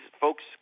folks